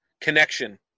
connection